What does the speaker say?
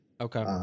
Okay